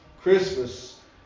Christmas